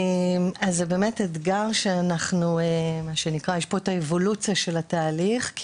יש פה את האבולוציה של התהליך.